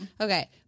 Okay